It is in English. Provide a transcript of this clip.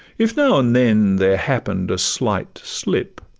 if now and then there happen'd a slight slip,